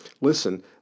Listen